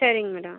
சரிங்க மேடம்